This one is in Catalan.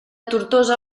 tortosa